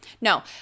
No